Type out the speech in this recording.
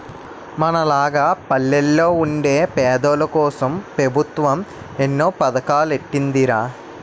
మనలాగ పల్లెల్లో వుండే పేదోల్లకోసం పెబుత్వం ఎన్నో పదకాలెట్టీందిరా